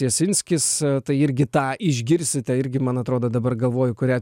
jasinskis tai irgi tą išgirsite irgi man atrodo dabar galvoju kurią